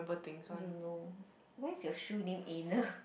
you know why is your shoe name anal